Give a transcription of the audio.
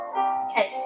okay